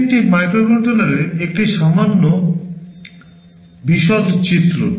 এটি একটি মাইক্রোকন্ট্রোলারের একটি সামান্য বিশদ চিত্র